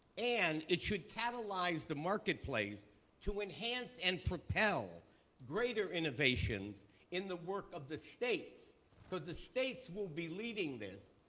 and it should catalyze the marketplace to enhance and propel greater innovations in the work of the states because the states will be leading this,